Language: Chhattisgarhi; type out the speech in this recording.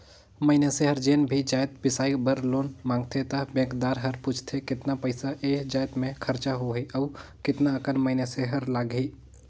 मइनसे हर जेन भी जाएत बिसाए बर लोन मांगथे त बेंकदार हर पूछथे केतना पइसा ए जाएत में खरचा होही अउ केतना अकन मइनसे हर लगाही